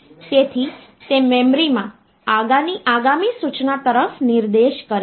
તેથી તે મેમરીમાં આગામી સૂચના તરફ નિર્દેશ કરે છે